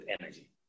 energy